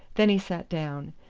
then he sat down.